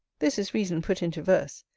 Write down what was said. this is reason put into verse,